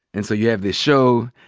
and so you have this show.